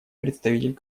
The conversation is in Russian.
представитель